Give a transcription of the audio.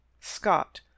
Scott